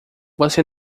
você